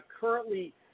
currently